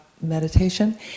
meditation